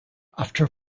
after